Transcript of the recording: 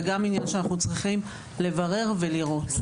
זה גם עניין שאנחנו צריכים לברר ולראות.